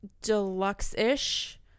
deluxe-ish